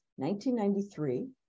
1993